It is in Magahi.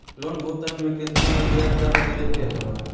लोन भुगतान में कितना का ब्याज दर देवें के बा?